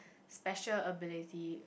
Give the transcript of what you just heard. special ability